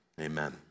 amen